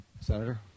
Senator